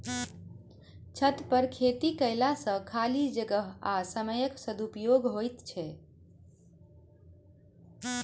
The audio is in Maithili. छतपर खेती कयला सॅ खाली जगह आ समयक सदुपयोग होइत छै